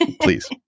Please